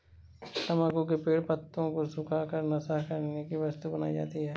तम्बाकू के पेड़ पत्तों को सुखा कर नशा करने की वस्तु बनाई जाती है